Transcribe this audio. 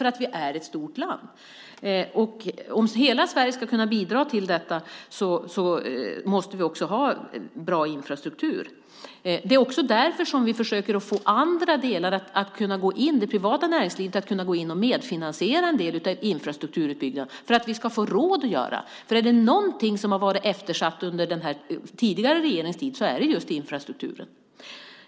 Vi är ett stort land. Om hela Sverige ska kunna bidra till detta måste vi ha bra infrastruktur. Det är också därför som vi försöker få andra delar, det privata näringslivet, att gå in och medfinansiera en del av infrastrukturutbyggnaden för att vi ska få råd att göra det. Är det någonting som har varit eftersatt under den tidigare regeringens tid är det just infrastrukturen.